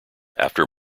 after